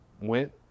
went